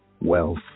wealth